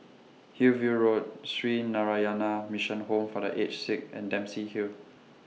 Hillview Road Sree Narayana Mission Home For The Aged Sick and Dempsey Hill